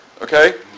okay